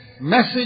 message